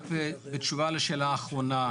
בתשובה לשאלה האחרונה,